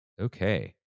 Okay